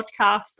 podcast